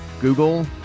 Google